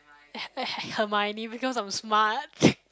uh uh Hermoine because I'm smart